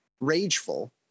rageful